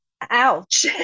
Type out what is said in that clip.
ouch